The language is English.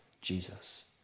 Jesus